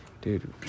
Dude